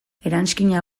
eranskina